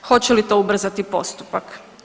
Hoće li to ubrzati postupak?